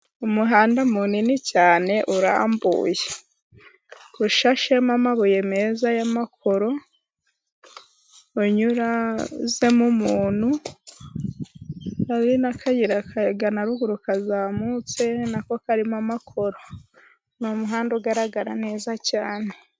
Umuhanda munini cyane urambuye, ushashemo amabuye meza y'amakoro, unyuzemo umuntu ,hari n'akayira kagana ruguru kazamutse, na ko karimo amakoro. Ni umuhanda ugaragara neza cyane.